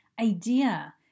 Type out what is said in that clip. idea